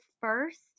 first